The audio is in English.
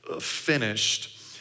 finished